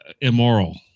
immoral